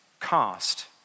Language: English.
cast